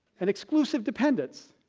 an exclusive dependence.